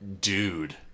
dude